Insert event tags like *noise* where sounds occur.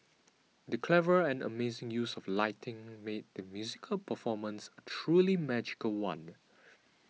the clever and amazing use of lighting made the musical performance a truly magical one *noise*